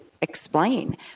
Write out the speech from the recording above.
explain